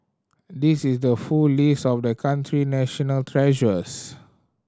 this is the full list of the country national treasures